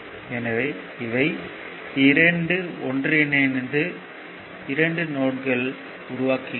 எனவே இவை இரண்டும் ஒன்றிணைந்து இரண்டு நோட்களை உருவாக்குகின்றன